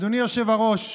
אדוני היושב-ראש,